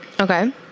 Okay